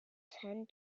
tend